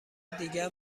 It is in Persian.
دیگر